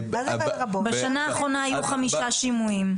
בשנה האחרונה היו חמישה שימועים.